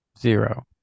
Zero